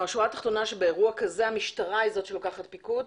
השורה התחתונה היא שבאירוע כזה המשטרה היא זאת שלוקחת פיקוד?